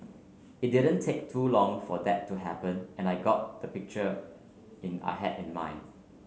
it didn't take too long for that to happen and I got the picture in I had in mind